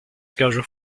schedule